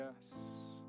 Yes